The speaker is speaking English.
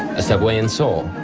a subway in seoul.